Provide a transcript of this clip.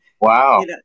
wow